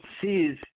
sees